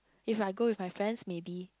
if I go with my friends maybe